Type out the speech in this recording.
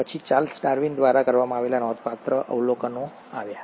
પછી Charles Darwin દ્વારા કરવામાં આવેલા નોંધપાત્ર અવલોકનો આવ્યા